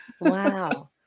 Wow